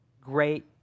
great